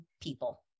people